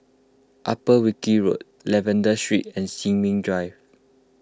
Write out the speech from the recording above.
Upper Wilkie Road Lavender Street and Sin Ming Drive